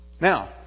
Now